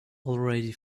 already